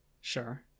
sure